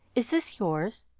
is this yours?